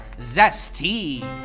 Zesty